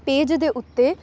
page ਦੇ ਉੱਤੇ